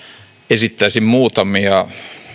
esittäisin muutamia